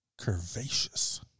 Curvaceous